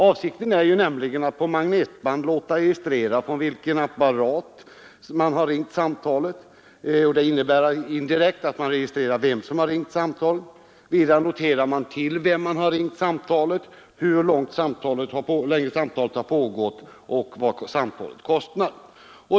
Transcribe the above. Avsikten är nämligen att på magnetband låta registrera från vilken apparat samtalet har ringts, och det innebär indirekt att man registrerar vem som har ringt samtalet. Vidare noteras till vem samtalet har ringts, hur länge samtalet har pågått och vad samtalet kostar.